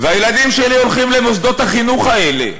והילדים שלי הולכים למוסדות החינוך האלה,